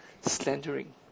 slandering